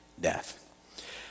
death